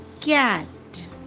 cat